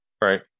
right